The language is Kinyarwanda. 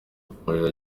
yakomeje